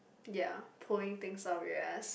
ya pulling things out of your ass